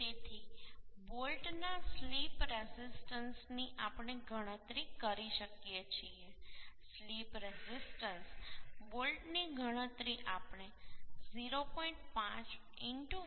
તેથી બોલ્ટના slip resistance ની આપણે ગણતરી કરી શકીએ છીએ સ્લિપ રેઝિસ્ટન્સ બોલ્ટની ગણતરી આપણે 0